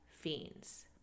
Fiends